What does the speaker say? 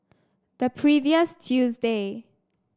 the previous Tuesday